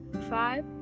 five